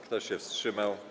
Kto się wstrzymał?